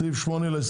סעיף 6 להסתייגויות.